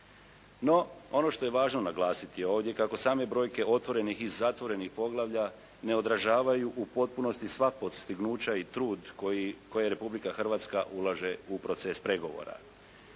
No, ono što je važno naglasiti ovdje kako samo brojke otvorenih i zatvorenih poglavlja ne odražavaju u potpunosti sva postignuća i trud koji Republika Hrvatska ulaže u proces pregovora.